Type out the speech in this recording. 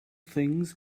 things